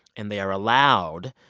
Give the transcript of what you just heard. and they are allowed,